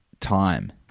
time